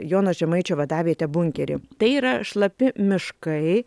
jono žemaičio vadavietę bunkerį tai yra šlapi miškai